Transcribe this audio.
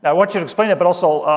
i want you to explain it, but also,